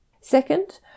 Second